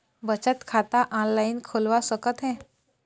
बचत खाता ऑनलाइन खोलवा सकथें?